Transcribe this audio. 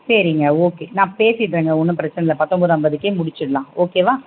சரிங்க ஓகே நான் பேசிட்டுறேங்க ஒன்று பிரச்சனை இல்லை பத்தொம்பது ஐம்பதுக்கே முடிச்சிடலாம் ஓகேவா